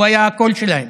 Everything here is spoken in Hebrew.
הוא היה הקול שלהם.